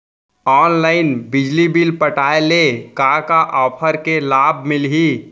Online बिजली bill पटाय ले का का ऑफ़र के लाभ मिलही?